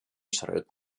schritt